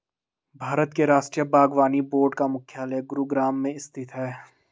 भारत के राष्ट्रीय बागवानी बोर्ड का मुख्यालय गुरुग्राम में स्थित है